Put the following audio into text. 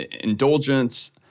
indulgence